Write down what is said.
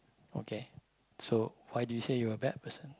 okay so why do you say you're a bad person